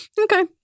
Okay